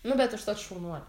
nu bet užtat šaunuolė